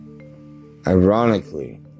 Ironically